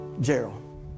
Gerald